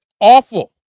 awful